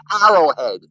Arrowhead